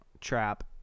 trap